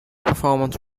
performance